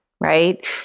right